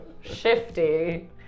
Shifty